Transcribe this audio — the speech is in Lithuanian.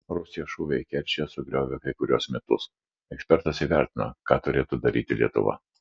rusijos šūviai kerčėje sugriovė kai kuriuos mitus ekspertas įvertino ką turėtų daryti lietuva